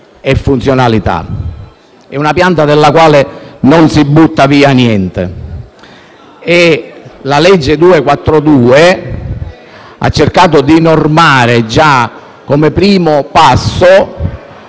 e funzionalità, ed è una pianta della quale non si butta via niente. La legge n. 242 del 2016 ha cercato di normare, come primo passo,